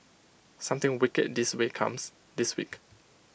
something wicked this way comes this week